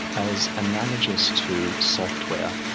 as analogous to software,